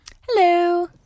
Hello